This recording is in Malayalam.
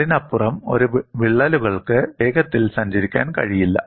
അതിനപ്പുറം വിള്ളലുകൾക്ക് വേഗത്തിൽ സഞ്ചരിക്കാൻ കഴിയില്ല